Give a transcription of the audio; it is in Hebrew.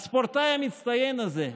הספורטאי המצטיין הזה,